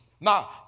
Now